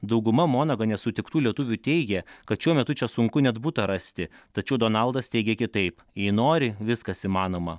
dauguma monagane sutiktų lietuvių teigia kad šiuo metu čia sunku net butą rasti tačiau donaldas teigia kitaip jei nori viskas įmanoma